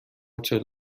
چهل